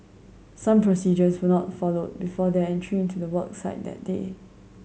some procedures were not followed before their entry into the work site that day